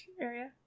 area